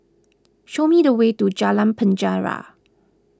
show me the way to Jalan Penjara